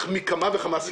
אתה לא יכול לעמוד מן הצד.